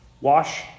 wash